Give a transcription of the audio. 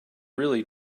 really